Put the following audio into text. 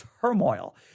turmoil